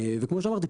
וכמו שאמרתי,